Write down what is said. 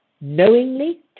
knowingly